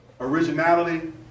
originality